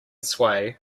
sway